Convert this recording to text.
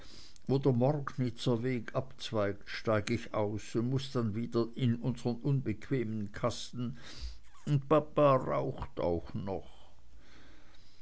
wo der morgnitzer weg abzweigt steig ich aus und muß dann wieder in unseren unbequemen kasten und papa raucht auch noch